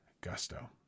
Gusto